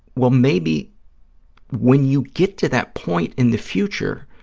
well, maybe when you get to that point in the future,